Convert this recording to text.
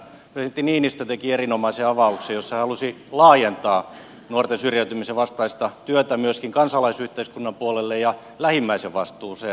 presidentti niinistö teki erinomaisen avauksen jossa hän halusi laajentaa nuorten syrjäytymisen vastaista työtä myöskin kansalaisyhteiskunnan puolelle ja lähimmäisen vastuuseen